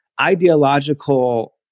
ideological